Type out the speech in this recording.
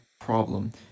problem